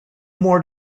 more